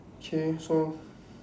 okay so